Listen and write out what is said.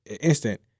instant